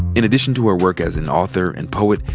in addition to her work as an author and poet,